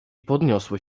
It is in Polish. podniosły